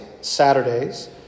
Saturdays